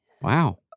Wow